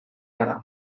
gara